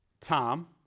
Tom